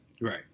Right